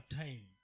time